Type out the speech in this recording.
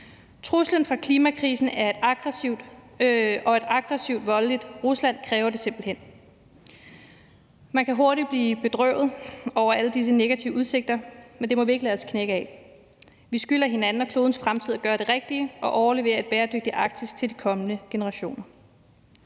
Truslen fra klimakrisen og et aggressivt, voldeligt Rusland kræver det simpelt hen. Man kan hurtigt blive bedrøvet over alle disse negative udsigter, men det må vi ikke lade os knække af. Vi skylder hinanden og klodens fremtid at gøre det rigtige og overlevere et bæredygtigt Arktis til de kommende generationer.